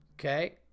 Okay